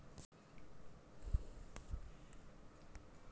ಕುರಿಗೊಳ್ ಮರಿ ಹಾಕ್ಲಾಕ್ ಆಗಲ್ ಅಂದುರ್ ಅವಾಗ ಕುರಿ ಗೊಳಿಗ್ ಕಡಿದು ಮಾಂಸ ಮಾಡಿ ಮಾರ್ತರ್